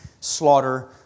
slaughter